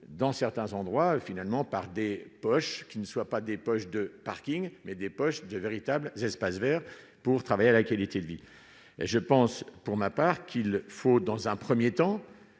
dans certains endroits, finalement par des poches qui ne soient pas des poches de Parking mais des poches de véritables espaces verts pour travailler à la qualité de vie et je pense pour ma part qu'il faut dans un 1er temps